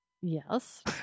Yes